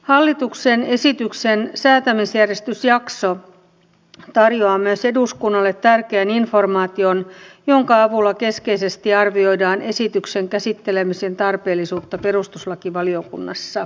hallituksen esityksen säätämisjärjestysjakso tarjoaa myös eduskunnalle tärkeän informaation jonka avulla keskeisesti arvioidaan esityksen käsittelemisen tarpeellisuutta perustuslakivaliokunnassa